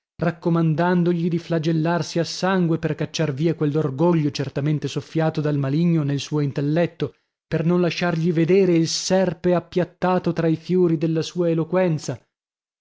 libri raccomandandogli di flagellarsi a sangue per cacciar via quell'orgoglio certamente soffiato dal maligno nel suo intelletto per non lasciargli vedere il serpe appiattato tra i fiori della sua eloquenza